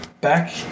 back